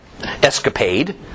escapade